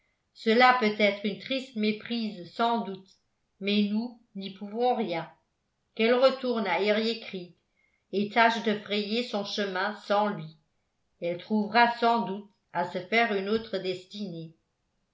cela peut être une triste méprise sans doute mais nous n'y pouvons rien qu'elle retourne à eriécreek et tâche de frayer son chemin sans lui elle trouvera sans doute à se faire une autre destinée